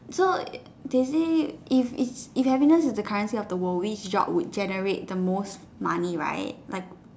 so they say if if if happiness is the currency of the world which job would generate the most money right like